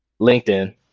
LinkedIn